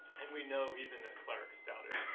and we know even that clerics doubted